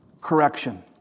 correction